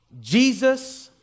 Jesus